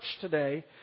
today